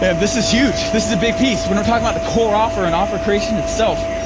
and this is huge, this is a big piece. when i'm talking about the core offer and offer creation itself,